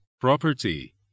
property